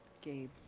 Gabe